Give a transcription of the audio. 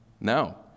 No